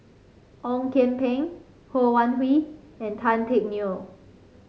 Ong Kian Peng Ho Wan Hui and Tan Teck Neo